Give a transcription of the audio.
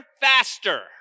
faster